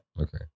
Okay